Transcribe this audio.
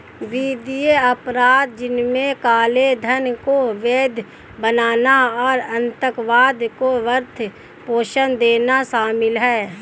वित्तीय अपराध, जिनमें काले धन को वैध बनाना और आतंकवाद को वित्त पोषण देना शामिल है